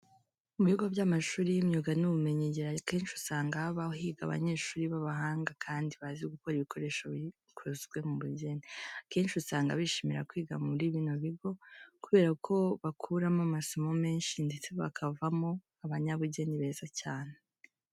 Mu bigo by'amashuri y'imyuga n'ubumenyingiro akenshi usanga haba higa abanyeshuri b'abahanga kandi bazi gukora ibikoresho bikozwe mu bugeni. Akenshi usanga bishimira kwiga muri bino bigo kubera ko bakuramo amasomo menshi ndetse bakavamo abanyabugeni beza cyane.